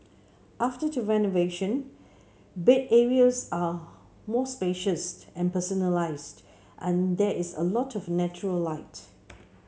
after the renovation bed areas are more spacious and personalised and there is a lot of natural light